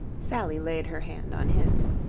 sally laid her hand on his.